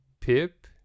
PIP